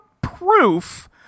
proof